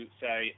say